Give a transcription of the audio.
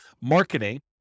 marketing